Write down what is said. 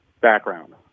background